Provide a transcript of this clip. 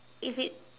if it